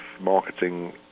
marketing